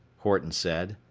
horton said.